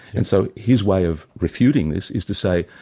and so his way of refuting this is to say,